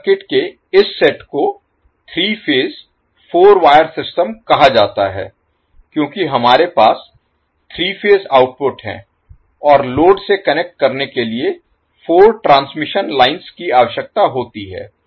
तो सर्किट के इस सेट को 3 फेज 4 वायर सिस्टम कहा जाता है क्योंकि हमारे पास 3 फेज आउटपुट हैं और लोड से कनेक्ट करने के लिए 4 ट्रांसमिशन लाइन्स की आवश्यकता होती है